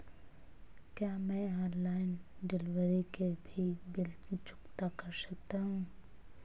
क्या मैं online delivery के भी बिल चुकता कर सकता हूँ?